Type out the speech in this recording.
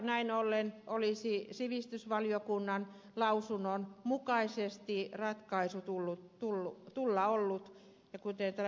näin ollen olisi sivistysvaliokunnan lausunnon mukaisesti ratkaisun tullut olla kuten täällä ed